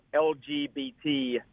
LGBT